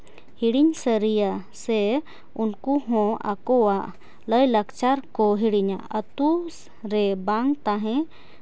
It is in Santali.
ᱦᱤᱲᱤᱧ ᱥᱟᱹᱨᱤᱭᱟ ᱥᱮ ᱩᱱᱠᱩ ᱦᱚᱸ ᱟᱠᱚᱣᱟᱜ ᱞᱟᱭᱼᱞᱟᱠᱪᱟᱨ ᱠᱚ ᱦᱤᱲᱤᱧᱟ ᱟᱛᱳ ᱨᱮ ᱵᱟᱝ ᱛᱟᱦᱮᱸ